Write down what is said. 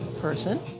person